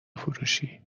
فروشی